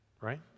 right